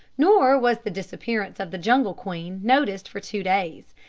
nor was the disappearance of the jungle queen noticed for two days.